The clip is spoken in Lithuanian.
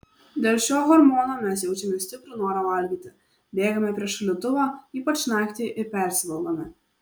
dėl šio hormono mes jaučiame stiprų norą valgyti bėgame prie šaldytuvo ypač naktį ir persivalgome